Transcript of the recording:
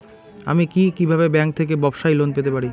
আমি কি কিভাবে ব্যাংক থেকে ব্যবসায়ী লোন পেতে পারি?